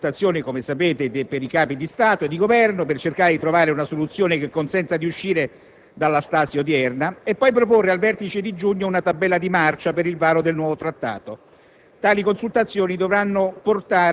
ha annunciato un piano di consultazione dei Capi di Stato e di Governo al fine di cercare di trovare una soluzione che consenta di uscire dalla stasi odierna e, successivamente, proporre al vertice di giugno una tabella di marcia per il varo del nuovo trattato.